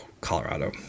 Colorado